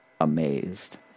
amazed